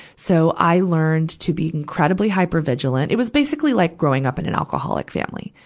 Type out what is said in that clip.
so, i learned to be incredibly hypervigilant. it was basically like growing up in an alcoholic family.